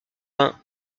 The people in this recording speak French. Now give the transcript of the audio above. vingt